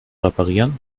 reparieren